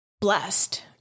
blessed